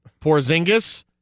Porzingis